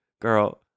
girl